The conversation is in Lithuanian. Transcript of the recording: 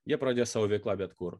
jie pradės savo veiklą bet kur